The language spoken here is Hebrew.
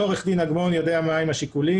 לא עורך דין אגמון יודע מה הם השיקולים